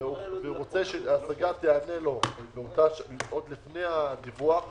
והוא רוצה שההסגה תיענה לו עוד לפני הדיווח לעולם,